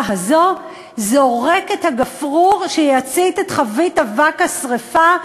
הזאת זורק את הגפרור שיצית את חבית אבק השרפה,